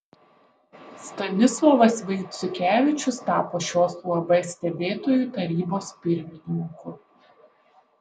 stanislovas vaiciukevičius tapo šios uab stebėtojų tarybos pirmininku